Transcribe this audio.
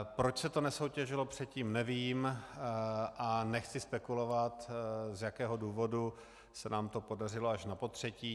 Proč se to nesoutěžilo předtím, nevím a nechci spekulovat, z jakého důvodu se nám to podařilo až napotřetí.